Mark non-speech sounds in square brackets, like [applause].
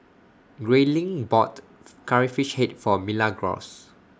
Grayling bought [noise] Curry Fish Head For Milagros